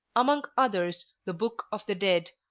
among others, the book of the dead,